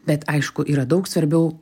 bet aišku yra daug svarbiau